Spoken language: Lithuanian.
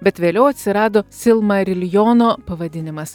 bet vėliau atsirado silmariljono pavadinimas